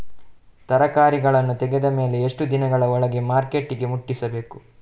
ತರಕಾರಿಗಳನ್ನು ತೆಗೆದ ಮೇಲೆ ಎಷ್ಟು ದಿನಗಳ ಒಳಗೆ ಮಾರ್ಕೆಟಿಗೆ ಮುಟ್ಟಿಸಬೇಕು?